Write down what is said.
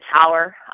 tower